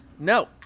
No